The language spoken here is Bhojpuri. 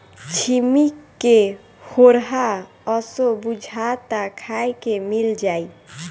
छिम्मी के होरहा असो बुझाता खाए के मिल जाई